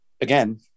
again